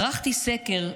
ערכתי סקר,